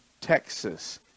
Texas